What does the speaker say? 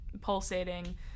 pulsating